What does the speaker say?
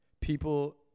people